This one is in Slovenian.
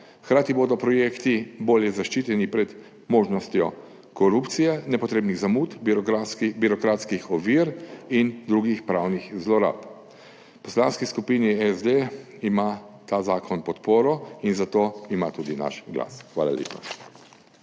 Hkrati bodo projekti bolje zaščiteni pred možnostjo korupcije, nepotrebnih zamud, birokratskih ovir in drugih pravnih zlorab. V Poslanski skupini SD ima ta zakon podporo in zato ima tudi naš glas. Hvala lepa.